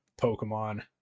Pokemon